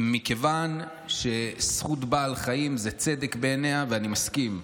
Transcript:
מכיוון שזכות בעל חיים זה צדק בעיניה, ואני מסכים.